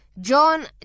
John